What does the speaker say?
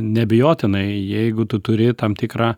neabejotinai jeigu tu turi tam tikrą